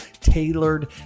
tailored